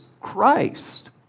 Christ